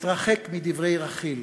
והתרחק מדברי רכיל.